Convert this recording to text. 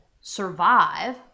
survive